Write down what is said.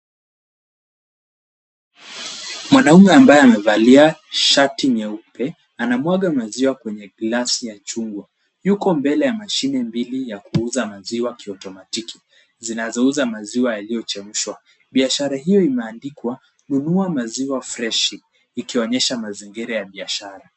Mwanaume ambaye amevalia shati nyeupe anamwaga maziwa kwenye glasi ya chungwa. Yuko mbele ya mashine mbili ya kuuza maziwa kiotomatiki zinazouza maziwa yaliyochemshwa. Biashara hiyo imeandikwa nunua maziwa freshi ikionyesha mazingira ya biashara.